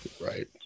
right